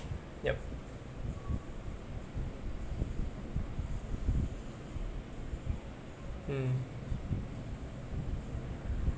yup mm